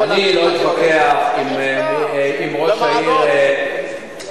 אני לא אתווכח עם ראש העיר בוחבוט,